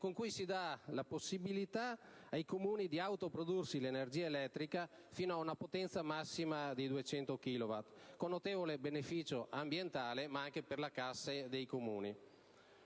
con cui si dà la possibilità ai Comuni di autoprodursi l'energia elettrica fino a una potenza di 200 chilowatt, con notevole beneficio ambientale ma anche per le casse dei Comuni.